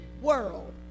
world